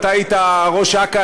אתה היית ראש אכ"א,